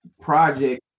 project